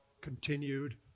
continued